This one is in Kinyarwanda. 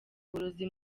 uburozi